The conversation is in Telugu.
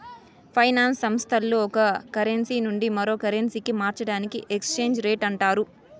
ఫైనాన్స్ సంస్థల్లో ఒక కరెన్సీ నుండి మరో కరెన్సీకి మార్చడాన్ని ఎక్స్చేంజ్ రేట్ అంటారు